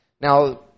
Now